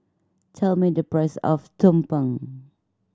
tell me the price of tumpeng